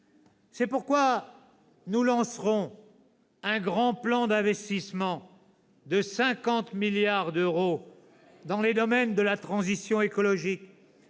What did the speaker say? C'est pourquoi nous lancerons un grand plan d'investissement de 50 milliards d'euros dans les domaines de la transition écologique,